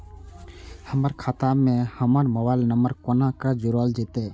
हमर खाता मे हमर मोबाइल नम्बर कोना जोरल जेतै?